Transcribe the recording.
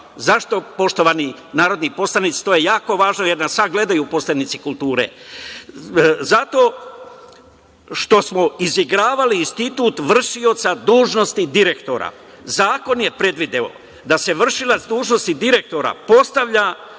poštovani narodni poslanici, to je jako važno, jer nas sad gledaju poslanici kulture? Zato što smo izigravali institut vršioca dužnosti direktora. Zakon je predvideo da se vršilac dužnosti direktora postavlja